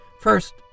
First